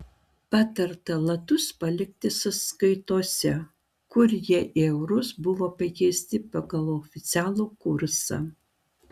patarta latus palikti sąskaitose kur jie į eurus buvo pakeisti pagal oficialų kursą